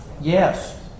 Yes